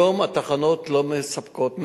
היום התחנות לא מספקות,